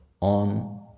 on